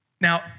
Now